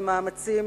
ובמאמצים